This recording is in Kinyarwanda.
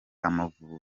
amavubi